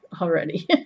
already